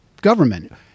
government